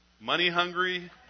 money-hungry